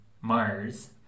Mars